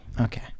Okay